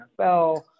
NFL